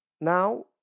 Now